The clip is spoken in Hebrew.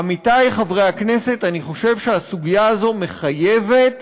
עמיתי חברי הכנסת, אני חושב שהסוגיה הזו מחייבת